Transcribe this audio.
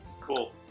Cool